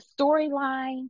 storyline